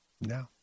no